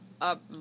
up